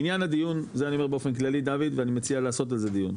לעניין הדיון זה אני אומר באופן כללי דוד ואני מציע לעשות על זה דיון,